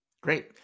Great